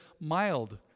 mild